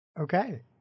Okay